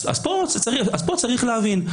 פה צריך להבין.